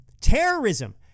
Terrorism